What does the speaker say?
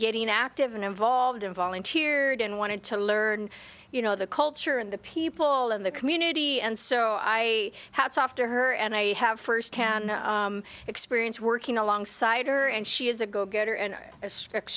getting active and involved and volunteered and wanted to learn you know the culture and the people in the community and so i had softer her and i have first hand experience working alongside her and she is a go getter and a